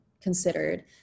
considered